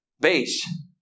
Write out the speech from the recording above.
Base